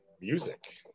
Music